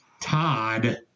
Todd